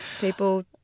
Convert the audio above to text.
people